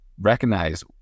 recognize